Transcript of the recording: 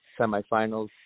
semifinals